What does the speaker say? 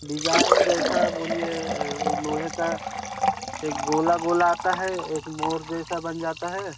design जैसा बोलिए ऊ लोहे का एक गोला गोला आता है एक मोर जैसा बन जाता है